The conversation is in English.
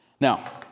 Now